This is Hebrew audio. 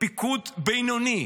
פיקוד בינוני,